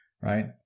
right